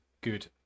good